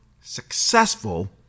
successful